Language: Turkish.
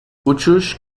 uçuş